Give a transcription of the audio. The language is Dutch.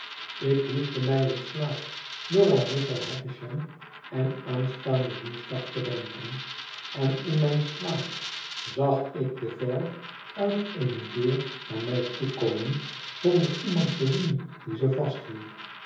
ik wiegde mij in slaap door aan jufvrouw havisham en aanstaanden woensdag te denken en in mijn slaap zag ik de vijl uit eene deur naar mij toe komen zonder iemand te zien die ze vasthield